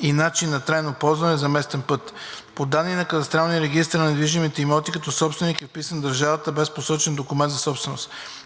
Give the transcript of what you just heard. и начин на трайно ползване: за местен път. По данни от Кадастралния регистър на недвижимите имоти, като собственик е вписана държавата, без посочен документ за собственост.